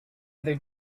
other